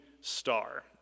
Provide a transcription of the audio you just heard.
star